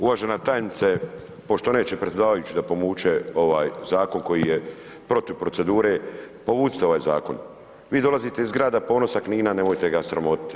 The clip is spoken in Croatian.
Uvažena tajnice, pošto neće predsjedavajući da povuče ovaj zakon koji je protiv procedure, povucite ovaj zakon, vi dolazite iz grada ponosa Knina nemojte ga sramotiti.